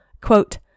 Quote